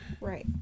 Right